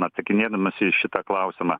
atsakinėdamas į šitą klausimą